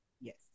Yes